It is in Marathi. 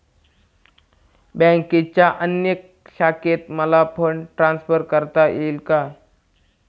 बँकेच्या अन्य शाखेत मला फंड ट्रान्सफर करता येईल का?